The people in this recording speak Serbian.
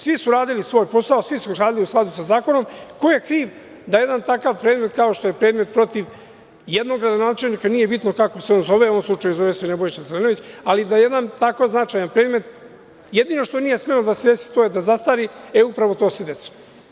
Svi su radili svoj posao, svi su radili u skladu sa zakonom, ko je kriv da jedan takav predmet kao što je predmet protiv jednog gradonačelnika, nije bitno kako se on zove, u ovom slučaju zove se Nebojša Zelenović, ali da jedan tako značajan predmet, jedino što nije smelo da se desi, to je da zastari, e upravo to se desilo.